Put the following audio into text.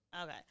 Okay